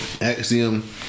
Axiom